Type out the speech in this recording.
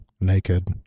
naked